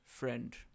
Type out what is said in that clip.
friend